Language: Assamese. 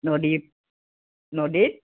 নদীত নদীত